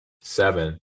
seven